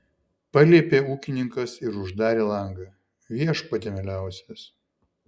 paliepė ūkininkas ir uždarė langą viešpatie mieliausias